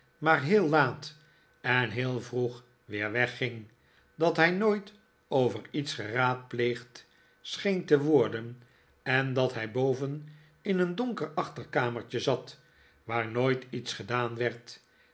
maar heel laat en heel vroeg weer wegging dat hij nooit over iets geraadpleegd scheen te worden en dat hij boven in een donker achterkamertje zat waar nooit iets gedaan werd